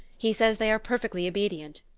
he says they are perfectly obedient.